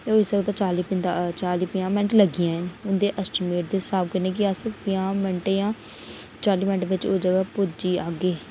ते होई सकदा चाली पंजाह् मिंट लग्गी जान ते उंदे एस्टीमेट दे स्हाब कन्नै कि अस पंजाहं मिंट जां चाली मिंट ओह् जगह पुज्जी जाह्गे